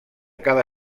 cada